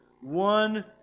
one